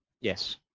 Yes